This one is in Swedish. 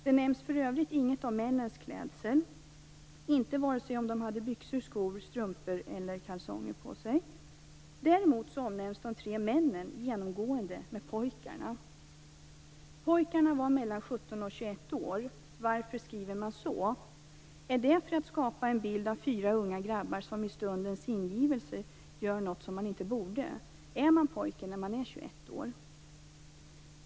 Det nämns för övrigt inget om männens klädsel, varken om de hade byxor, skor, strumpor eller kalsonger på sig. Däremot omnämns de tre männen genomgående som "pojkarna". Pojkarna var mellan 17 och 21 år. Varför skriver man så? Är det för att skapa en bild av fyra unga grabbar som i stundens ingivelse gör något som de inte borde? Är man pojke när man är 21 år?